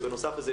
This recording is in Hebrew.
ובנוסף לזה,